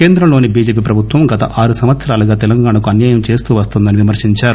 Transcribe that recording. కేంద్రంలోని బిజెపి ప్రభుత్వం గత ఆరు సంవత్సరాలుగా తెలంగాణాకు అన్యాయం చేస్తూ వస్తోందని విమర్శించారు